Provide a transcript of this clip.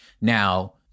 Now